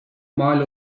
mal